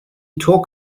talk